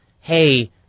hey